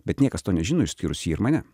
bet niekas to nežino išskyrus jį ir mane